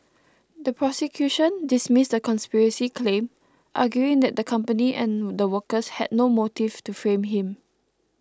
the prosecution dismissed the conspiracy claim arguing that the company and the workers had no motive to frame him